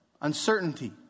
uncertainty